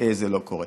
זה לא קורה.